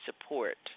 support